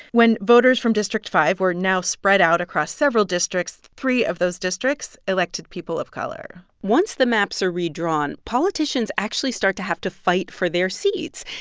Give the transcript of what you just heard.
when voters from district five were now spread out across several districts, three of those districts elected people of color once the maps are redrawn, politicians actually start to have to fight for their seats.